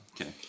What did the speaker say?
okay